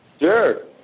Sure